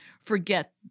forget